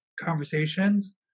conversations